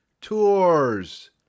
tours